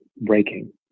breaking